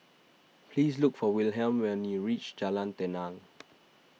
please look for Wilhelm when you reach Jalan Tenang